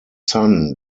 son